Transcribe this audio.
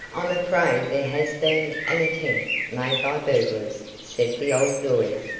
i'm afraid there has been an attempt made by burglars, said the old lawyer,